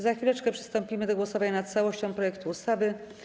Za chwilę przystąpimy do głosowania nad całością projektu ustawy.